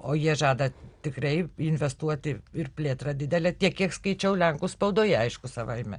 o jie žada tikrai investuoti ir plėtrą didelę tiek kiek skaičiau lenkų spaudoje aišku savaime